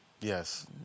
Yes